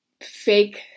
fake